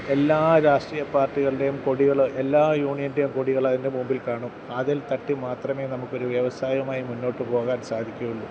എല്ലാ രാഷ്ട്രീയ പാർട്ടികളുടെയും കൊടികൾ എല്ലാ യൂണിയൻ്റെയും കൊടികൾ അതിൻ്റെ മുമ്പിൽ കാണും അതിൽ തട്ടി മാത്രമേ നമുക്കൊരു വ്യവസായവുമായി മുന്നോട്ട് പോകാൻ സാധിക്കുകയുളളൂ